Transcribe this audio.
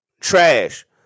Trash